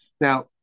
now